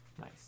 nice